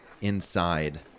inside